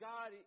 God